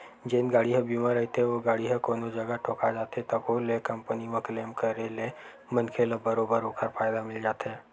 जेन गाड़ी ह बीमा रहिथे ओ गाड़ी ह कोनो जगा ठोका जाथे तभो ले कंपनी म क्लेम करे ले मनखे ल बरोबर ओखर फायदा मिल जाथे